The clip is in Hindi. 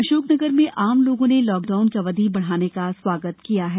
अशोकनगर में आम लोगों ने लॉकडाउन की अवधि बढ़ाने का स्वागत किया है